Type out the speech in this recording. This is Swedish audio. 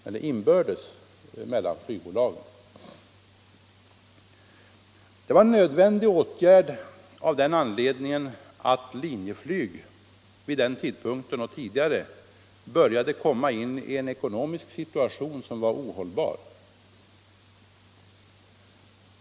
Det var en nödvändig åtgärd 10 februari 1976 av den anledningen att Linjeflyg redan före den tidpunkten hade börjat LL komma in i en ekonomisk situation som var ohållbar.